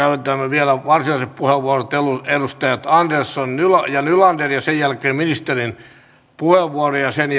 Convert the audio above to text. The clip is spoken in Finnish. vielä varsinaiset puheenvuorot edustajat andersson ja nylander ja sen jälkeen ministerin puheenvuoro ja sen